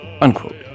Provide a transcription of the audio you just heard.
Unquote